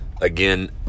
Again